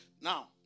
Now